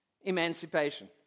emancipation